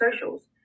socials